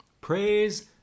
Praise